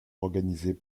organisés